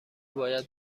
باید